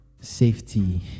safety